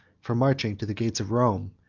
from marching to the gates of rome,